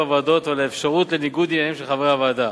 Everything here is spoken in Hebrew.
הוועדות ועל האפשרות לניגוד עניינים של חברי הוועדה.